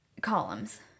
Columns